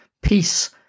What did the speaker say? peace